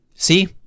See